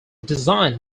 designed